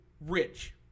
Rich